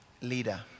leader